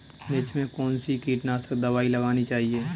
मिर्च में कौन सी कीटनाशक दबाई लगानी चाहिए?